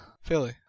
Philly